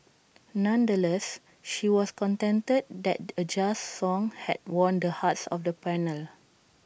nonetheless she was contented that A jazz song had won the hearts of the panel